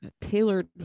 tailored